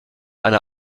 eine